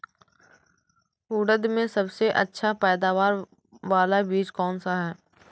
उड़द में सबसे अच्छा पैदावार वाला बीज कौन सा है?